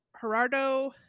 Gerardo